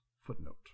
Footnote